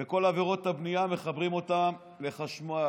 עם כל עבירות הבנייה, מחברים אותם לחשמל.